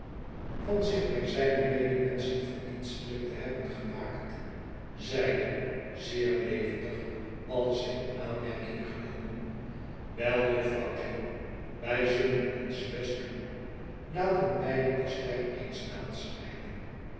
van zich bij zijne medemenschen verdienstelijk te hebben gemaakt zeide zeer levendig alles in aanmerking genomen wel jufvrouw jo wij zullen ons best doen laten wij die pastei eens aansnijden